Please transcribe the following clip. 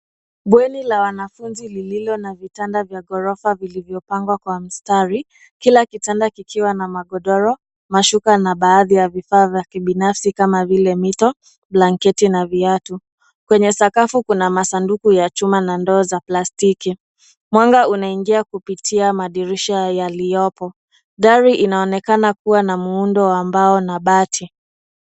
Bweni la wanafunzi lililo na vitanda vya ghorofa vilivyopangwa kwa mstari kila kitanda kikiwa na magodoro, mashuka na baadhi ya vifaa vya kibinafsi kama vile mito, blanketi na viatu. Kwenye sakafu kuna masanduku ya chuma na ndoo za plastiki. Mwanga unaingia kupitia madirisha yaliyopo. Dari inaonekana kuwa na muundo wa mbao na bati.